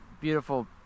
beautiful